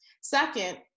Second